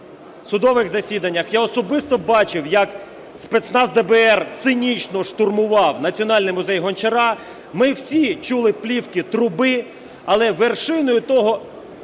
я особисто бачив, як спецназ ДБР цинічно штурмував Національний музей Гончара, ми всі чули "плівки Труби", але вершиною того